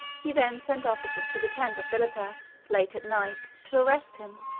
he then sent officers to the tent of philotas, late at night, to arrest him.